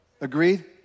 Agreed